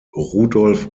rudolf